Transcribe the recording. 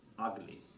ugly